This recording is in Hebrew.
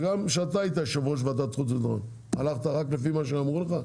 וגם כשאתה היית יושב ראש ועדת חוץ וביטחון הלכת רק לפי מה שאמרו לך?